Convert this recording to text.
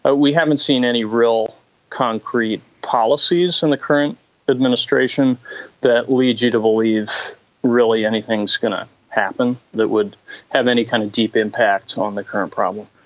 ah we haven't seen any real concrete policies in the current administration that lead you to believe really anything is going to happen that would have any kind of deep impact on the current problem.